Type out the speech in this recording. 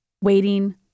waiting